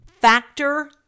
Factor